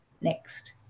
Next